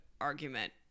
argument